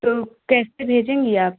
तो कैसे भेजेंगी आप